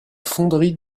fonderie